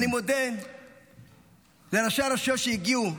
אני מודה לראשי הרשויות שהגיעו,